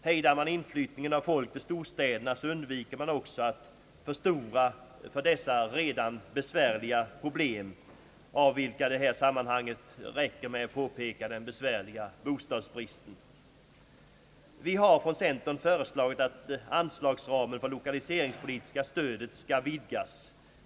Hejdar man inflyttningen av folk till storstäderna undviker man också att förstora för dessa redan besvärliga problem, av vilka det i det här sammanhanget må räcka med att peka på bostadsbristen. Vi har från centern föreslagit, att anslagsramen för det lokaliseringspolitiska stödet skall vidgas.